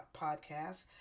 podcast